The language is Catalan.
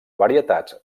varietats